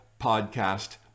podcast